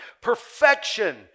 Perfection